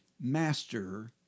master